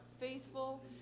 faithful